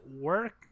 work